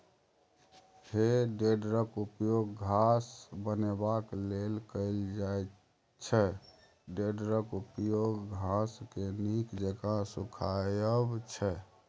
हे टेडरक उपयोग घास बनेबाक लेल कएल जाइत छै टेडरक उपयोग घासकेँ नीक जेका सुखायब छै